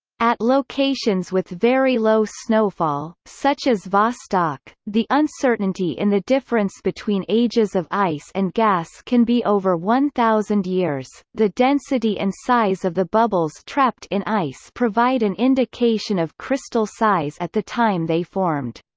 at locations with very low snowfall, such as vostok, the uncertainty in the difference between ages of ice and gas can be over one thousand years the density and size of the bubbles trapped in ice provide an indication of crystal size at the time they formed.